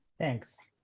thanks.